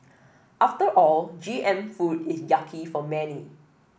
after all G M food is yucky for many